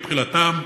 בתחילתן.